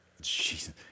Jesus